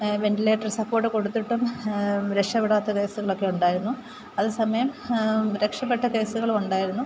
ventilator support കൊടുത്തിട്ടും രക്ഷപ്പെടാത്ത കേസുകളൊക്കെ ഉണ്ടായിരുന്നു അതേസമയം രക്ഷപ്പെട്ട കേസുകളും ഉണ്ടായിരുന്നു